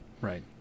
Right